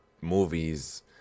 movies